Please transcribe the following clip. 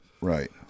Right